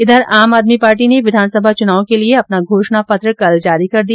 इधर आम आदमी पार्टी ने विधानसभा चुनाव के लिये अपना घोषणा पत्र कल जारी कर दिया